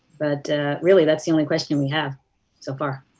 but really that's the only question we have so far?